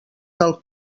del